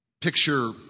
Picture